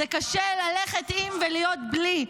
זה קשה ללכת עם ולהיות בלי,